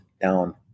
down